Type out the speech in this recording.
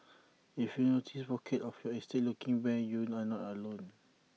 if you notice pockets of your estate looking bare you are not alone